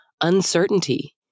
uncertainty